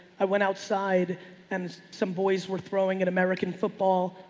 i went outside and some boys were throwing in american football.